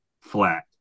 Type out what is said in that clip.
flat